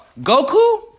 Goku